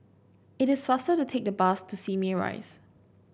it is faster to take the bus to Simei Rise